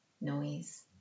noise